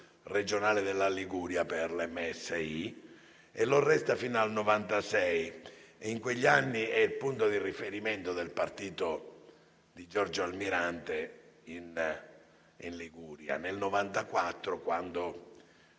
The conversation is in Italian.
regionale della Liguria per l'MSI e restò tale fino al 1996. In quegli anni fu il punto di riferimento del partito di Giorgio Almirante in Liguria. Nel 1994, quando